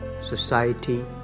society